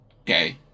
Okay